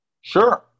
Sure